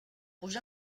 puja